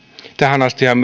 tähän astihan